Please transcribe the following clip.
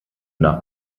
nach